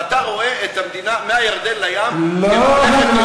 ואתה רואה את המדינה מהירדן לים כממלכת יהודה.